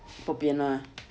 bopian lah